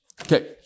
Okay